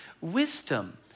wisdom